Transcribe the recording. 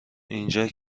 اینجا